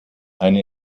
eine